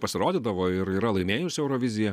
pasirodydavo ir yra laimėjusi euroviziją